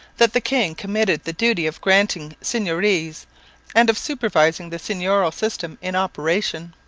that the king committed the duty of granting seigneuries and of supervising the seigneurial system in operation.